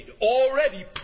already